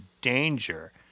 danger